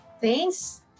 Thanks